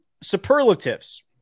Superlatives